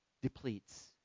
depletes